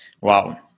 Wow